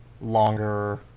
longer